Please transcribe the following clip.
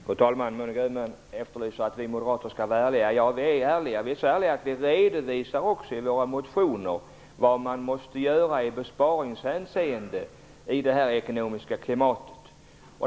Fru talman! Monica Öhman efterlyser att vi moderater skall vara ärliga. Vi är så ärliga att vi redovisar i våra motioner vad man måste göra i besparingshänseende i det här ekonomiska klimatet.